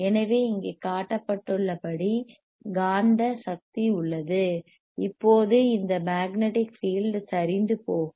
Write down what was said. எனவே இங்கே காட்டப்பட்டுள்ளபடி காந்த மக்நெடிக் சக்தி உள்ளது இப்போது இந்த மக்நெடிக் பீல்டு சரிந்து போகும்